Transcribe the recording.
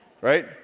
right